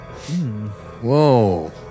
Whoa